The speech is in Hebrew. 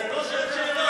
זאת לא שעת שאלות.